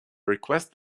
request